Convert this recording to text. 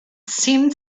seemed